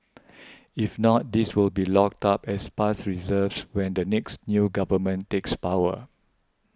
if not these will be locked up as past reserves when the next new government takes power